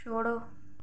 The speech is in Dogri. छोड़ो